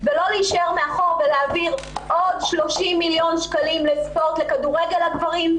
ולא להישאר מאחור ולהעביר עוד 30 מיליון שקלים לספורט לכדורגל לגברים,